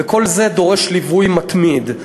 וכל זה דורש ליווי מתמיד.